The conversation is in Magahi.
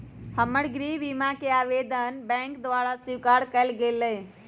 हमर गृह बीमा कें आवेदन बैंक द्वारा स्वीकार कऽ लेल गेलय